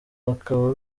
bakaba